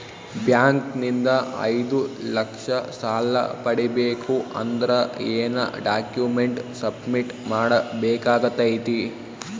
Bank ನಿಂದ ಐದು ಲಕ್ಷ ಸಾಲ ಪಡಿಬೇಕು ಅಂದ್ರ ಏನ ಡಾಕ್ಯುಮೆಂಟ್ ಸಬ್ಮಿಟ್ ಮಾಡ ಬೇಕಾಗತೈತಿ?